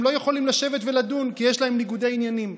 לא יכולים לשבת ולדון כי יש להם ניגודי עניינים.